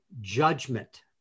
judgment